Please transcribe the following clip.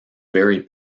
very